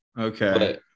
Okay